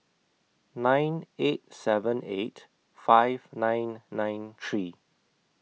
nine eight seven eight five nine nine three